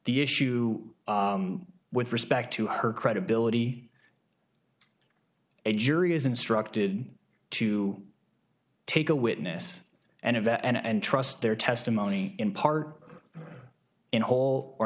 the issue with respect to her credibility a jury is instructed to take a witness and event and trust their testimony in part in whole or